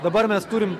dabar mes turim